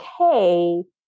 okay